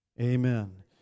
Amen